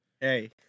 Hey